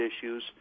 issues